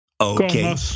Okay